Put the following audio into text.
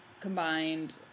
combined